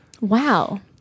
Wow